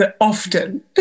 Often